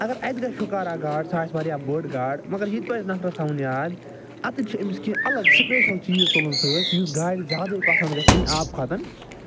اگر اَتہِ گَسہِ شُکارا گاڈ سُہ آسہِ وارِیاہ بٔڑ گاڈ مگر یہِ پَزِ نفرس تھاوُن یاد اَتٮ۪تھۍ چھِ أمِس کیٚنٛہہ الگ سِپیشل چیٖز تُلُن سۭتۍ یُس گاڈِ زیادَے پسنٛد گَژھِ اَمہِ آب کھۄتن